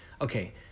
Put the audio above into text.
Okay